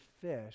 fish